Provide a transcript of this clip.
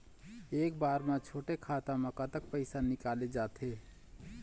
एक बार म छोटे खाता म कतक पैसा निकल जाथे?